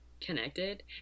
connected